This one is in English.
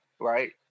right